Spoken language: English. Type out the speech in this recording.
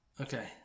Okay